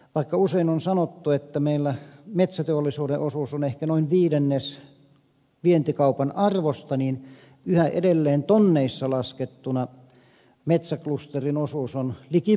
vaikka usein on sanottu että meillä metsäteollisuuden osuus on ehkä noin viidennes vientikaupan arvosta niin yhä edelleen tonneissa laskettuna metsäklusterin osuus on liki puolet